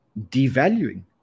devaluing